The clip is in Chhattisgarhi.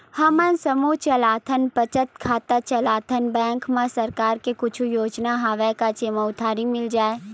हमन समूह चलाथन बचत खाता भी चलाथन बैंक मा सरकार के कुछ योजना हवय का जेमा उधारी मिल जाय?